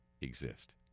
exist